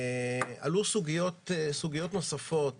עלו סוגיות נוספות